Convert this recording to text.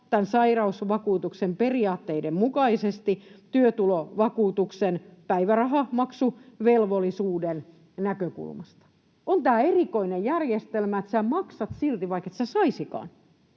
tämän sairausvakuutuksen periaatteiden mukaisesti työtulovakuutuksen päivärahamaksuvelvollisuuden näkökulmasta. On tämä erikoinen järjestelmä, että maksat silti, vaikket saisikaan.